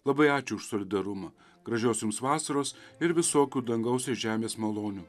labai ačiū už solidarumą gražios jums vasaros ir visokių dangaus ir žemės malonių